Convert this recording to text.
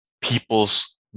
people's